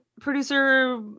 producer